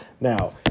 Now